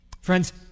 Friends